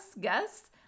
guests